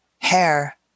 Hair